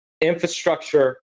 infrastructure